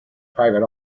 private